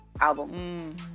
album